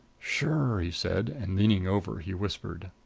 sure! he said and, leaning over, he whispered.